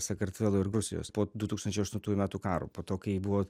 sakartvelo ir rusijos po du tūkstančiai aštuntųjų metų karo po to kai buvo